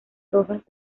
rojas